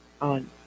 on